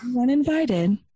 uninvited